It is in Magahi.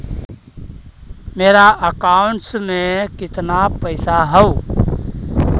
मेरा अकाउंटस में कितना पैसा हउ?